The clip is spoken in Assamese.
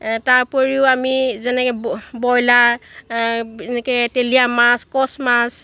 তাৰোপৰিও আমি যেনেকৈ ব্ৰই ব্ৰইলাৰ এনেকৈ তেলীয়া মাছ কছ মাছ